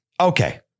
Okay